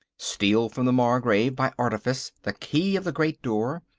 steal from the margrave by artifice the key of the great door,